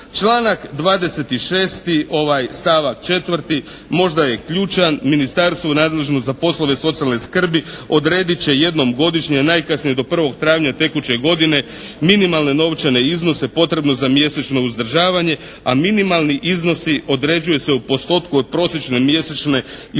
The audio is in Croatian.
Članak 26. stavak 4. možda je i ključan. Ministarstvo nadležno za poslove socijalne skrbi odredit će jednom godišnje najkasnije do 1. travnja tekuće godine minimalne novčane iznose potrebno za mjesečno uzdržavanje. A minimalni iznosi određuju se u postotku od prosječne mjesečne isplaćene